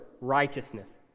righteousness